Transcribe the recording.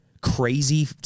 crazy